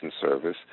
Service